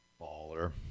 Baller